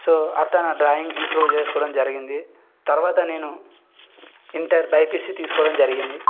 so అలా నా drawing improve చేసుకోవడం జరిగింది తర్వాత నేను ఇంటర్ బైపీసీ తీసుకోవడం జరిగింది